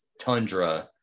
tundra